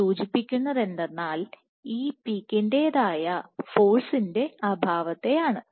ഇത് സൂചിപ്പിക്കുന്നത് എന്തെന്നാൽ ഈ പീക്കിൻറെതായ ഫോഴ്സിൻറെ അഭാവത്തെയാണ്